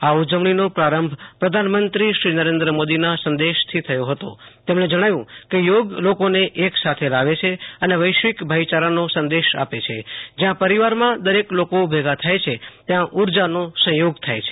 આ ઉજવણીનો પ્રારંભ પ્રધાનમંત્રી શ્રી નરેન્દ્ર મોદીના સંદેશથી થયો હતો તેમણે જણાવ્યુ કે યોગ લોકોને એક સાથે લાવે છે અને વૈશ્વિક ભાઈયારાનો સંદેશ આપે છે જયાં પરિવારમાં દરેક લોકો ભેગા થાય છે ત્યાં ઉર્જાનો સંયોગ થાય છે